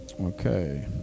Okay